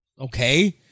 Okay